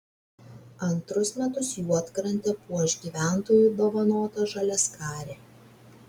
antrus metus juodkrantę puoš gyventojų dovanota žaliaskarė